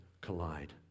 collide